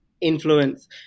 influence